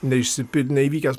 neišsipildė neįvykęs